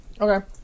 Okay